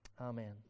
Amen